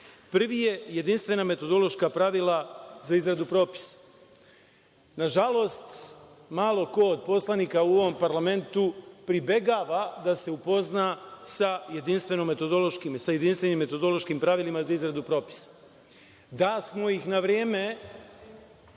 Prvi je - jedinstvena metodološka pravila za izradu propisa. Nažalost, malo ko od poslanika u ovom parlamentu pribegava da se upozna sa jedinstvenim metodološkim pravilima za izradu propisa. Da smo ih na vreme